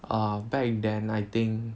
uh back then I think